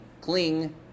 cling